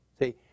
See